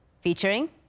Featuring